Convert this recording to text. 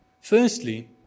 Firstly